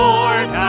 Lord